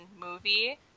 movie